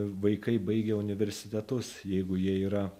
vaikai baigia universitetus jeigu jie yra